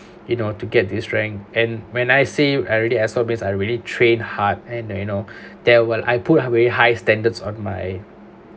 you know to get this rank and when I say I ass off I really trained hard and then you know there were I put very high standards on my